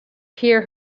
hear